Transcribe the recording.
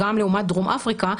גם לעומת דרום אפריקה,